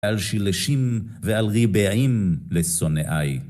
על שלישים ועל ריבעים לשונאיי.